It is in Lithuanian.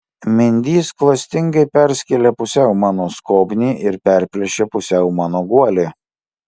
mindys klastingai perskėlė pusiau mano skobnį ir perplėšė pusiau mano guolį